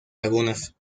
lagunas